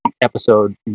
episode